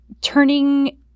turning